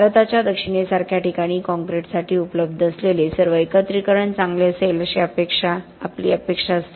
भारताच्या दक्षिणेसारख्या ठिकाणी कॉंक्रिटसाठी उपलब्ध असलेले सर्व एकत्रीकरण चांगले असेल अशी आपली अपेक्षा असते